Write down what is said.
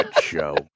show